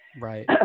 Right